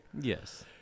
Yes